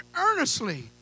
earnestly